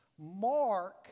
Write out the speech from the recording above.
Mark